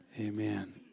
Amen